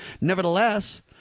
Nevertheless